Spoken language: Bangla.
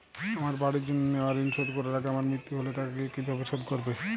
আমার বাড়ির জন্য নেওয়া ঋণ শোধ করার আগে আমার মৃত্যু হলে তা কে কিভাবে শোধ করবে?